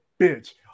bitch